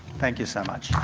thank you so much.